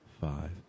five